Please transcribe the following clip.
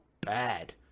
bad